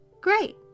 Great